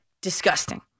Disgusting